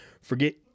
forget